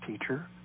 teacher